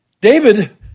David